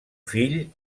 fill